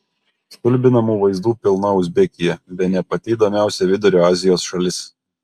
stulbinamų vaizdų pilna uzbekija bene pati įdomiausia vidurio azijos šalis